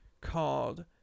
called